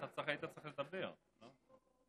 אתה היית צריך לדבר, לא?